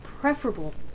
preferable